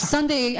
Sunday